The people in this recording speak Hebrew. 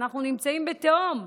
אנחנו נמצאים בתהום.